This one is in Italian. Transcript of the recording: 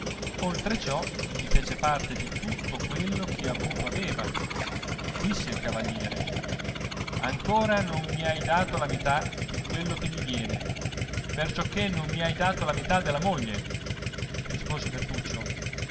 ciò li fece parte di tutto quello che avuto aveva disse il cavaliere ancora non mi hai dato la metà di quello che mi viene perciò che non mi hai data la metà della moglie rispose bertuccio